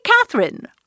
Catherine